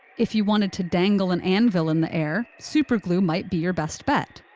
if you wanted to dangle an anvil in the air, super glue might be your best bet.